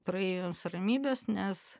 praeiviams ramybės nes